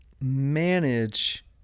manage